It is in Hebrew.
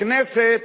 הכנסת